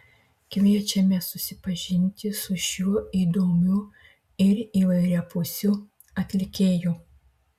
kviečiame susipažinti su šiuo įdomiu ir įvairiapusiu atlikėju